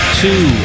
two